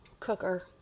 cooker